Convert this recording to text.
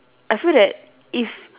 I feel that if